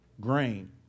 grain